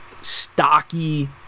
stocky